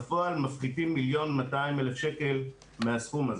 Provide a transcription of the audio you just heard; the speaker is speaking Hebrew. בפועל מפחיתים 1.2 מיליון מהסכום הזה,